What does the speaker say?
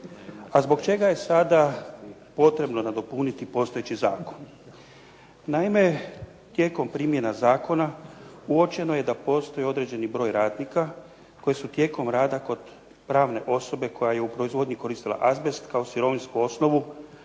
A zbog čega je sada potrebno nadopuniti postojeći zakon? Naime, tijekom primjena zakona uočeno je da postoji određeni broj radnika koji su tijekom rada kod pravne osobe koja je u proizvodnji koristila azbest kao sirovinsku osnovu,